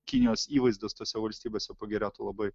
kinijos įvaizdis tose valstybėse pagerėtų labai